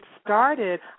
started